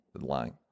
lying